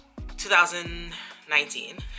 2019